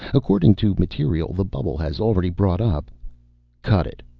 according to material the bubble has already brought up cut it.